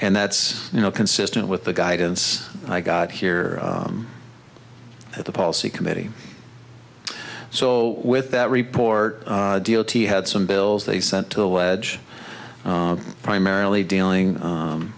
and that's you know consistent with the guidance i got here at the policy committee so with that report deal t had some bills they sent to wedge primarily dealing